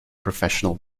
professional